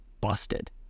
busted